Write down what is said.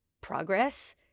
progress